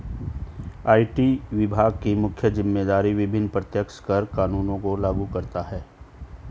IT विभाग की मुख्य जिम्मेदारी विभिन्न प्रत्यक्ष कर कानूनों को लागू करता है